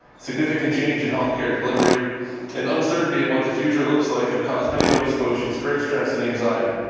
significant change in health care delivery and uncertainty of what the future looks like have caused many nova scotians great stress and anxiety.